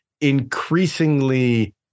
increasingly